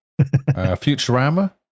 Futurama